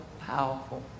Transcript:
powerful